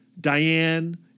Diane